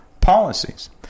policies